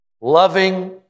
loving